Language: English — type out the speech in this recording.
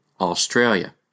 Australia